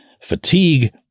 fatigue